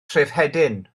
trefhedyn